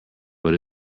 but